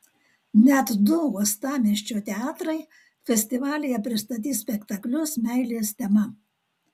net du uostamiesčio teatrai festivalyje pristatys spektaklius meilės tema